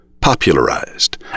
popularized